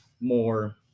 more